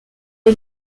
est